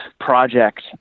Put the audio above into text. project